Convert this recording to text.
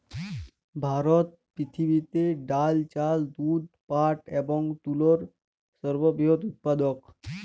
ভারত পৃথিবীতে ডাল, চাল, দুধ, পাট এবং তুলোর সর্ববৃহৎ উৎপাদক